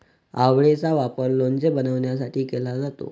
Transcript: आवळेचा वापर लोणचे बनवण्यासाठी केला जातो